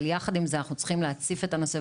אבל יחד עם זה אנחנו צריכים להציף את הנושא,